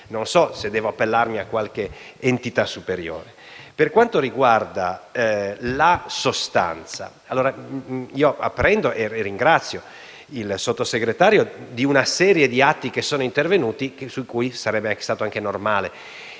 Non so se devo appellarmi a qualche entità superiore. Per quanto riguarda la sostanza, apprendo, ringraziando a tal riguardo il Sottosegretario, di una serie di atti intervenuti e di cui sarebbe stato anche normale